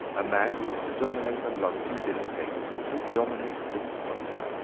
a man who can dominate a london dinner-table can dominate the world.